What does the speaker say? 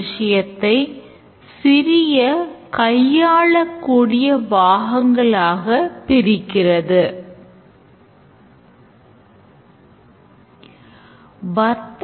ஒவ்வொரு செமஸ்டருக்கும்மாணவர் courses ஐக் கைவிடுவதற்கு அனுமதிக்க ஒரு கால அவகாசம் உள்ளது மற்றும் பேராசிரியர் எந்த மாணவர்கள் தங்கள் course offeringsக்கு பதிவு செய்துள்ளனர் என்பதைக் காண system ஐ access செய்ய முடிய வேண்டும்